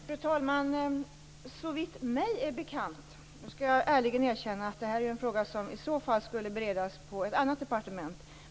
Fru talman! Jag skall ärligen erkänna att detta är en fråga som i så fall skulle beredas på ett annat departement.